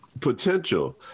potential